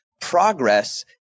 Progress